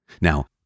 Now